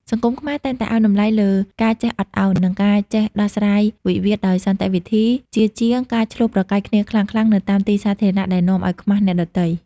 សង្គមខ្មែរតែងតែឱ្យតម្លៃលើ "ការចេះអត់ឱន" និងការចេះដោះស្រាយវិវាទដោយសន្តិវិធី ជាជាងការឈ្លោះប្រកែកគ្នាខ្លាំងៗនៅតាមទីសាធារណៈដែលនាំឱ្យខ្មាសអ្នកដទៃ។